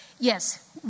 Yes